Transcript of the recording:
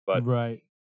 Right